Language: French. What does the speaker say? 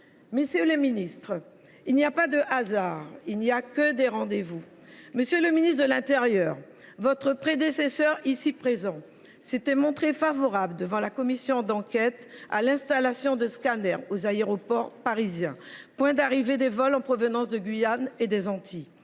Messieurs les ministres, il n’y a pas de hasard, il n’y a que des rendez vous. Monsieur le ministre de l’intérieur, votre prédécesseur, ici présent, s’était montré favorable, devant la commission d’enquête, à l’installation de scanners aux aéroports parisiens, points d’arrivée des vols en provenance de Guyane et des Antilles.